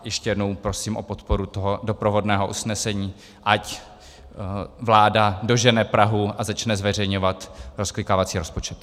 Ještě jednou prosím o podporu doprovodného usnesení, ať vláda dožene Prahu a začne zveřejňovat rozklikávací rozpočet.